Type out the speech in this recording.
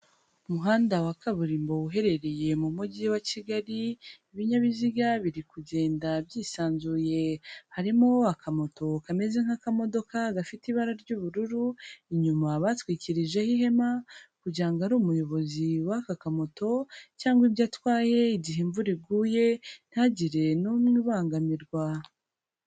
Umuhanda wa kaburimbo uherereye mu Mujyi wa Kigali, ibinyabiziga biri kugenda byisanzuye, harimo akamoto kameze nk'akamodoka gafite ibara ry'ubururu, inyuma batwikirijeho ihema kugira ngo ari umuyobozi w'aka kamoto cyangwa ibyo atwaye igihe imvura iguye, ntihagire n'umwe ubangamirwa.